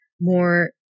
more